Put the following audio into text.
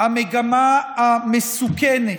המגמה המסוכנת,